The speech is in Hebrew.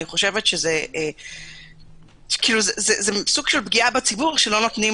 לטעמי זה סוג של פגיעה בציבור כשלא נותנים